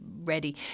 ready